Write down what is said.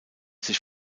sich